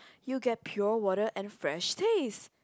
you get pure water and fresh taste